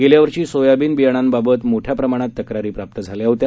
गेल्या वर्षी सोयाबीन बियाण्यांबाबत मोठया प्रमाणात तक्रारी प्राप्त झाल्या होत्या